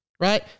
right